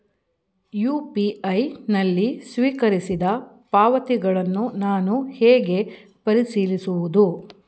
UPI ನಲ್ಲಿ ಸ್ವೀಕರಿಸಿದ ಪಾವತಿಗಳನ್ನು ನಾನು ಹೇಗೆ ಪರಿಶೀಲಿಸುವುದು?